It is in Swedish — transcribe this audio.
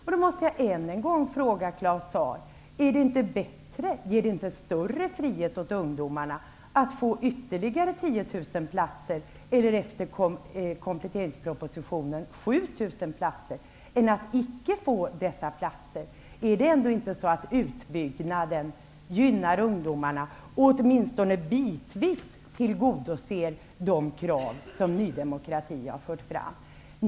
Jag måste därför än en gång fråga Claus Zaar: Ger det inte större frihet åt ungdomarna att få ytterligare 10 000 platser eller, efter kompletteringspropositionen, 7 000 platser än att icke få dessa platser? Är det ändå inte så att utbyggnaden gynnar ungdomarna och åtminstone bitvis tillgodoser de krav som Ny demokrati har fört fram?